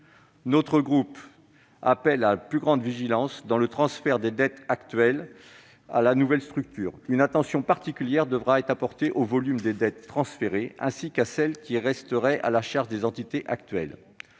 Notre groupe appelle à la plus grande vigilance sur le transfert des dettes actuelles à la nouvelle structure. Une attention particulière devra être portée au volume des dettes transférées, ainsi qu'aux dettes qui resteraient à la charge des entités actuelles.